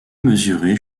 mesurer